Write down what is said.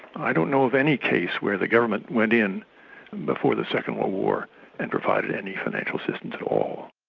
i don't know of any case where the government went in before the second world war and provided any financial assistance at all.